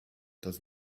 does